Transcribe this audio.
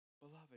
Beloved